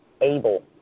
able